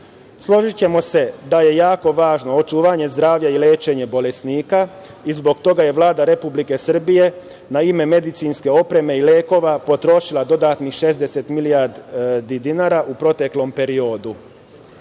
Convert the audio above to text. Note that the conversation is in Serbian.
BDP.Složićemo se da je jako važno očuvanje zdravlja i lečenje bolesnika i zbog toga je Vlada Republike Srbije na ime medicinske opreme i lekova potrošila dodatnih 60 milijardi dinara u proteklom periodu. Prema